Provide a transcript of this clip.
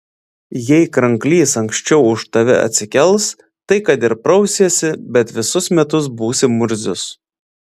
jei kranklys anksčiau už tave atsikels tai kad ir prausiesi bet visus metus būsi murzius